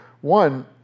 One